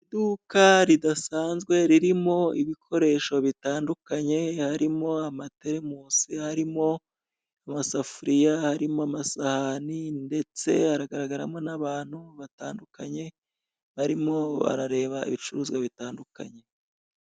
Iduka ridasanzwe, ririmo ibikoresho bitandukanye, harimo amaterimusi, harimo amasafuriya, harimo amasahani, ndetse hagaragaramo n'abantu batandukanye barimo barareba ibicuruzwa bitandukanye.